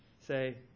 say